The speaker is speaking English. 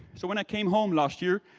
so when i came home last year,